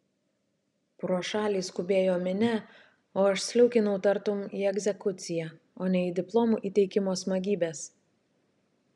pro šalį skubėjo minia o aš sliūkinau tartum į egzekuciją o ne į diplomų įteikimo smagybes